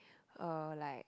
uh like